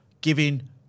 giving